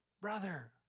Brother